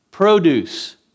produce